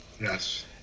Yes